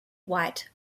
white